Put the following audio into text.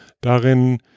darin